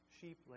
Sheep